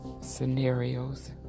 scenarios